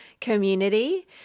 community